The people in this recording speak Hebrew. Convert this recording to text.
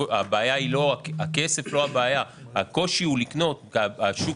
הבעיה היא לא הכסף אלא הקושי הוא לקנות כי השוק